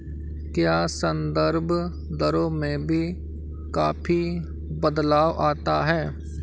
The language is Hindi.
क्या संदर्भ दरों में भी काफी बदलाव आता है?